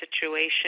situation